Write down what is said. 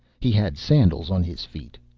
he had sandals on his feet,